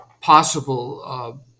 possible